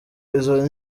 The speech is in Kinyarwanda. izo